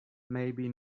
maybe